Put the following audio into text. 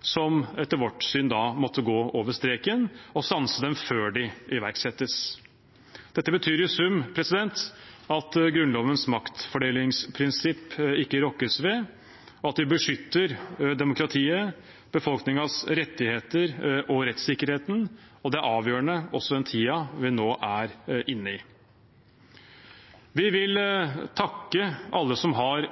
som etter vårt syn måtte gå over streken, stanse dem før de iverksettes. Dette betyr i sum at Grunnlovens maktfordelingsprinsipp ikke rokkes ved, og at vi beskytter demokratiet, befolkningens rettigheter og rettssikkerheten. Det er avgjørende, også i den tiden vi nå er inne i. Vi vil takke alle som har